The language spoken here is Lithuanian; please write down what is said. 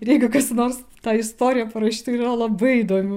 ir jeigu kas nors tą istoriją parašytu yra labai įdomių